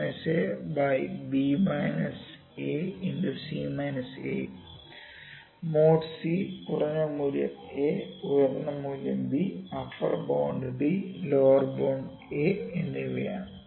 mode c കുറഞ്ഞ മൂല്യം a ഉയർന്ന മൂല്യം b upper bound b lower bound a എന്നിവയാണ്